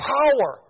power